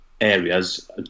areas